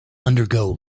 undergo